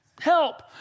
help